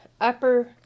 upper